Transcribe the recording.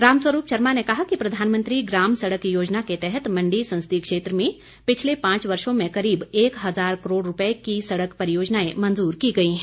रामस्वरूप शर्मा ने कहा कि प्रधानमंत्री ग्राम सड़क योजना के तहत मण्डी संसदीय क्षेत्र में पिछले पांच वर्षो में करीब एक हज़ार करोड़ रूपए की सड़क परियोजनाएं मंजूर की गई हैं